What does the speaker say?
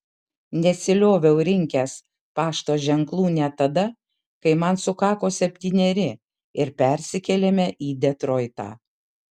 nesilioviau rinkęs pašto ženklų net tada kai man sukako septyneri ir persikėlėme į detroitą